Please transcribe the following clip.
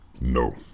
no